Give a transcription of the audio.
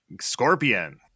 Scorpion